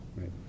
Right